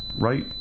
right